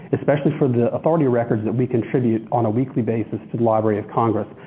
especially for the authority records that we contribute on a weekly basis to the library of congress.